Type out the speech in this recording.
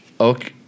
okay